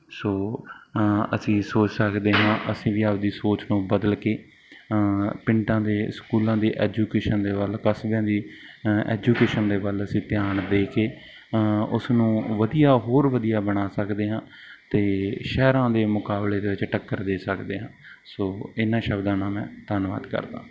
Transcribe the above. ਸੋ ਅਸੀਂ ਸੋਚ ਸਕਦੇ ਹਾਂ ਅਸੀਂ ਵੀ ਆਪਣੀ ਸੋਚ ਨੂੰ ਬਦਲ ਕੇ ਪਿੰਡਾਂ ਦੇ ਸਕੂਲਾਂ ਦੇ ਐਜੂਕੇਸ਼ਨ ਦੇ ਵੱਲ ਕਸਬਿਆਂ ਦੀ ਐਜੂਕੇਸ਼ਨ ਦੇ ਵੱਲ ਅਸੀਂ ਧਿਆਨ ਦੇ ਕੇ ਉਸਨੂੰ ਵਧੀਆ ਹੋਰ ਵਧੀਆ ਬਣਾ ਸਕਦੇ ਹਾਂ ਅਤੇ ਸ਼ਹਿਰਾਂ ਦੇ ਮੁਕਾਬਲੇ ਦੇ ਵਿੱਚ ਟੱਕਰ ਦੇ ਸਕਦੇ ਹਾਂ ਸੋ ਇਹਨਾਂ ਸ਼ਬਦਾਂ ਨਾਲ ਮੈਂ ਧੰਨਵਾਦ ਕਰਦਾ